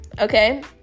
Okay